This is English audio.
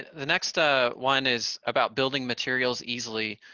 the next ah one is about building materials easily,